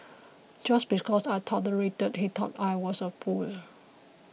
just because I tolerated he thought I was a fool